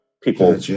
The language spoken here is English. people